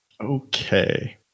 Okay